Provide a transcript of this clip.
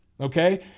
okay